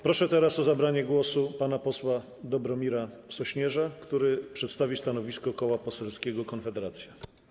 Proszę teraz o zabranie głosu pana posła Dobromira Sośnierza, który przedstawi stanowisko Koła Poselskiego Konfederacji.